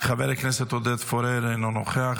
חבר הכנסת עודד פורר, אינו נוכח.